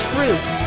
Truth